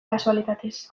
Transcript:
kasualitatez